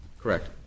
Correct